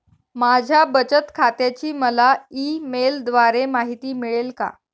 माझ्या बचत खात्याची मला ई मेलद्वारे माहिती मिळेल का?